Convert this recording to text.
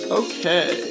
okay